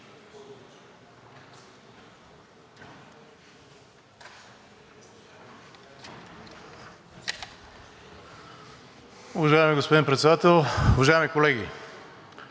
Уважаеми господин Председател, уважаеми колеги!